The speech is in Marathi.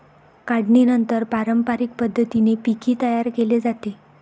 काढणीनंतर पारंपरिक पद्धतीने पीकही तयार केले जाते